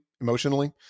emotionally